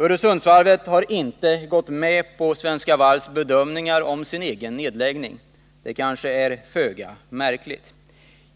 Öresundsvarvet har inte gått med på Svenska Varvs bedömning om varvets nedläggning. Det är kanske föga märkligt.